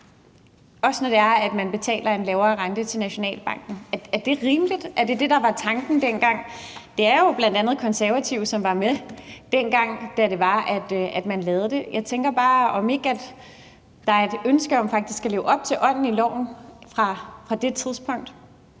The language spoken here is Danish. også selv om man betaler en lavere rente til Nationalbanken? Er det rimeligt? Er det det, der var tanken dengang? Det var jo bl.a. Konservative, som var med, dengang man lavede det. Jeg tænker bare, om der ikke er et ønske om faktisk at leve op til ånden i loven på det tidspunkt.